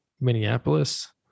Minneapolis